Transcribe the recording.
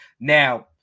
Now